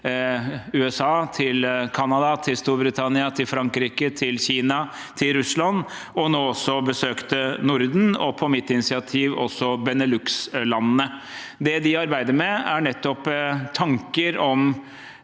USA, Canada, Storbritannia, Frankrike, Kina og Russland, og som nå også besøkte Norden og – på mitt initiativ – Benelux-landene. Det de arbeider med, er nettopp tanker om